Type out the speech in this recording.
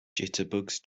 jitterbugs